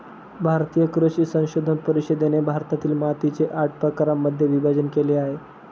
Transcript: भारतीय कृषी संशोधन परिषदेने भारतातील मातीचे आठ प्रकारांमध्ये विभाजण केले आहे